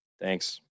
Thanks